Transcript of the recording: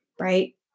right